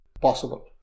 possible